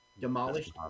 demolished